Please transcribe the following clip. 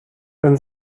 wenn